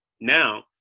now